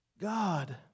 God